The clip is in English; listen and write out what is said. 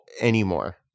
anymore